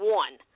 one